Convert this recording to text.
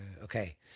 okay